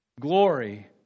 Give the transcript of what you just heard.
Glory